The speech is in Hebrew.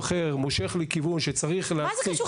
אחר מושך לכיוון שצריך --- מה זה קשור?